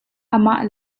amah